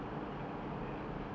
me out with my artwork